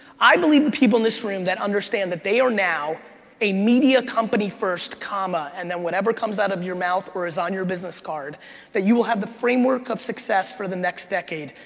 i believe the people in this room that understand that they are now a media company first, comma, and then whatever comes out of your mouth or is on your business card that you will have the framework of success for the next decade.